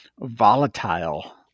volatile